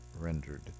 rendered